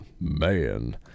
Man